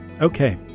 Okay